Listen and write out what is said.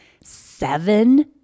seven